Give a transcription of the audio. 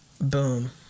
boom